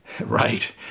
right